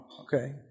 okay